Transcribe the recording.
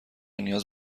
نیاز